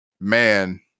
man